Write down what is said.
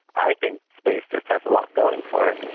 i think space just has a lot going for it.